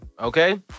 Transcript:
okay